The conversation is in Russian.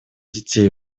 детей